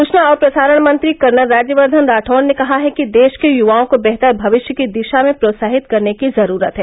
सूचना और प्रसारण मंत्री कर्नल राज्यवर्द्धन राठौड़ ने कहा है कि देश के युवाओं को बेहतर भविष्य की दिशा में प्रोत्साहित करने की जरूरत है